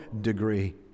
degree